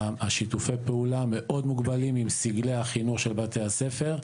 השיתופי פעולה מאוד מוגבלים עם סגלי החינוך של בתי הספר,